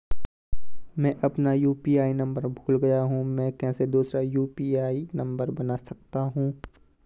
मैं अपना UPI number भूल गया हूँ मैं कैसे दूसरा यु.पी.आई नम्बर बना सकता हूँ?